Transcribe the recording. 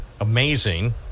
amazing